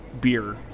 beer